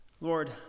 Lord